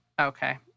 Okay